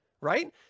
right